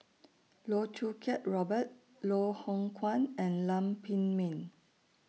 Loh Choo Kiat Robert Loh Hoong Kwan and Lam Pin Min